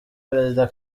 perezida